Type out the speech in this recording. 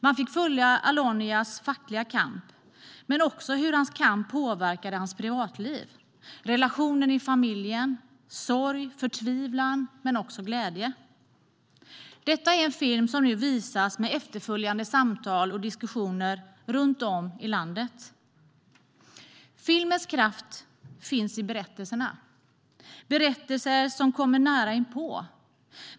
Man får följa Allonias fackliga kamp men också hur hans kamp påverkade hans privatliv och relationen i familjen. Det är sorg och förtvivlan men också glädje. Detta är en film som nu visas med efterföljande samtal och diskussioner, runt om i landet. Filmens kraft finns i berättelserna. Det är berättelser som kommer nära inpå.